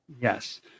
yes